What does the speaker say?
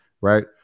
right